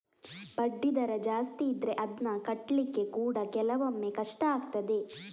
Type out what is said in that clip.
ಬಡ್ಡಿ ದರ ಜಾಸ್ತಿ ಇದ್ರೆ ಅದ್ನ ಕಟ್ಲಿಕ್ಕೆ ಕೂಡಾ ಕೆಲವೊಮ್ಮೆ ಕಷ್ಟ ಆಗ್ತದೆ